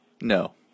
No